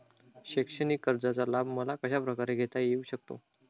शैक्षणिक कर्जाचा लाभ मला कशाप्रकारे घेता येऊ शकतो?